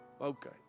Okay